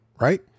right